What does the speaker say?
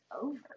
over